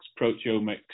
proteomics